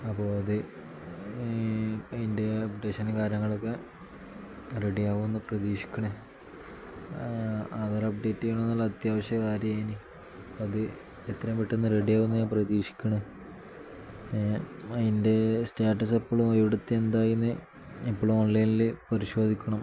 അപ്പോൾ അത് അതിൻ്റെ അപ്ഡേഷൻ കാര്യങ്ങളൊക്കെ റെഡി ആകുമെന്ന് പ്രതീക്ഷിക്കണു അവർ അപ്ഡേറ്റ് ചെയ്യുന്ന എന്നുള്ള അത്യാവശ്യ കാര്യായിന് അത് എത്രേയും പെട്ടന്ന് റെഡി ആകുമെന്ന് ഞാൻ പ്രതീക്ഷിക്കണു അതിൻ്റെ സ്റ്റാറ്റസ് എപ്പോഴും ഇവിടുത്തെ എന്തായിന്ന് എപ്പോഴും ഓൺലൈനിൽ പരിശോധിക്കണം